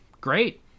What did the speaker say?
great